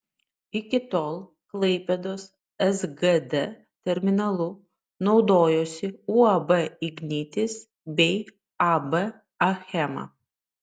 iki tol klaipėdos sgd terminalu naudojosi uab ignitis bei ab achema